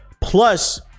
plus